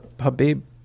Habib